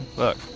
look,